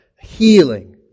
healing